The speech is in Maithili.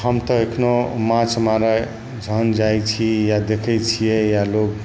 हम तऽ एखनो माँछ मारै जहन जाइ छी या देखै छिए या लोक